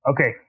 Okay